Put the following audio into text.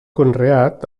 conreat